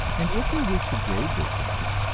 and if we wish to grade this life,